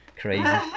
Crazy